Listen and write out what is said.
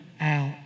out